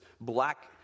black